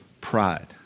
pride